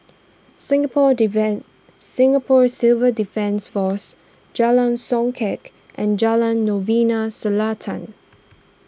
Singapore Singapore Civil Defence force Jalan Songket and Jalan Novena Selatan